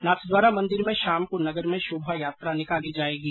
नाथद्वारा मंदिर में शाम को नगर में शोभायात्रा निकाली जाएंगी